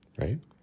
right